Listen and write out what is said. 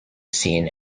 scene